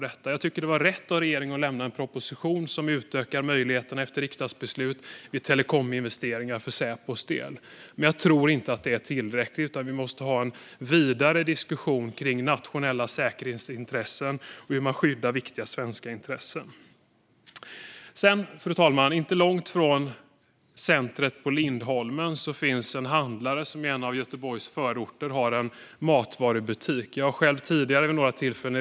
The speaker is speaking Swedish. Det var rätt av regeringen att lämna en proposition som efter riksdagsbeslut utökar möjligheterna för Säpo vid telekominvesteringar. Men jag tror inte att det är tillräckligt. Vi måste ha en vidare diskussion om nationella säkerhetsintressen och hur man skyddar viktiga svenska intressen. Fru talman! Inte långt från centrumet på Lindholmen finns en handlare som har en matvarubutik i en av Göteborgs förorter.